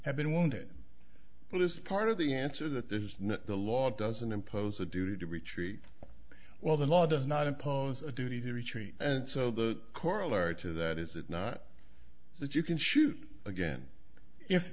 had been wounded but as part of the answer that this is not the law doesn't impose a duty to retreat well the law does not impose a duty to retreat and so the corollary to that is that not so that you can shoot again if